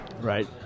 Right